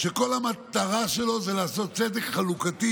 שכל המטרה שלו זה לעשות צדק חלוקתי